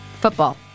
Football